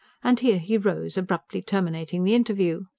and here he rose, abruptly terminating the interview.